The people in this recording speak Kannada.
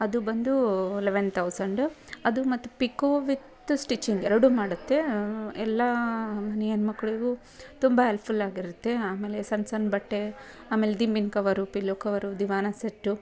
ಅದು ಬಂದು ಲೆವೆನ್ ತೌಝಂಡು ಅದು ಮತ್ತು ಪಿಕೋ ವಿತ್ ಸ್ಟಿಚಿಂಗ್ ಎರಡೂ ಮಾಡುತ್ತೆ ಎಲ್ಲ ಮನೆ ಹೆನ್ಮಕ್ಳಿಗೂ ತುಂಬ ಹೆಲ್ಪ್ಫುಲ್ಲಾಗಿರುತ್ತೆ ಆಮೇಲೆ ಸಣ್ಣ ಸಣ್ಣ ಬಟ್ಟೆ ಆಮೇಲೆ ದಿಂಬಿನ ಕವರು ಪಿಲ್ಲೋ ಕವರು ದಿವಾನ ಸೆಟ್ಟು